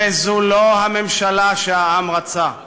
וזו לא הממשלה שהעם רצה.